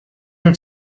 him